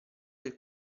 del